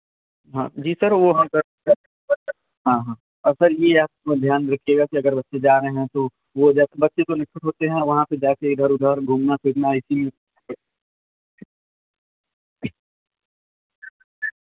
हाँ जी सर वह हाँ हाँ और सर यह आपको ध्यान रखिएगा की अगर बच्चे जा रहे हें तो वह जैसे बच्चे तो होते हें वहाँ पर जाकर इधर उधर घूमना फिरना